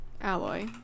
alloy